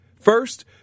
First